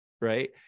right